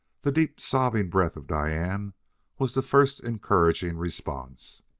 the deep, sobbing breath of diane was the first encouraging response.